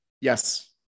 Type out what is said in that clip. Yes